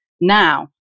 Now